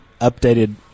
updated